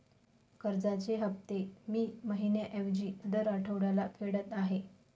कर्जाचे हफ्ते मी महिन्या ऐवजी दर आठवड्याला फेडत आहे